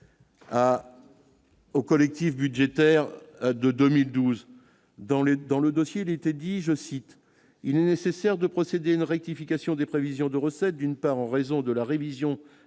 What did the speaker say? Au collectif budgétaire de 2012 dans le dans le dossier, l'été, dit je cite il nécessaire de procéder à une rectification des prévisions de recettes, d'une part en raison de la révision